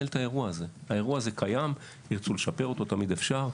האירוע הזה קיים, אם ירצו לשפר אותו אז תמיד אפשר,